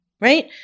right